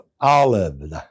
olive